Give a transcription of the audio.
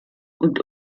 und